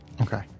Okay